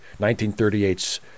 1938's